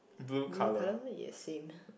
blue colour yes same